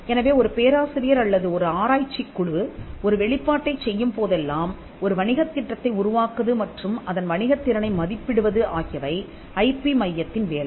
எனவே ஒரு பேராசிரியர் அல்லது ஒரு ஆராய்ச்சிக் குழு ஒரு வெளிப்பாட்டைச் செய்யும் போதெல்லாம் ஒரு வணிகத் திட்டத்தை உருவாக்குவது மற்றும் அதன் வணிகத் திறனை மதிப்பிடுவது ஆகியவை ஐபி மையத்தின் வேலை